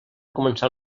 començat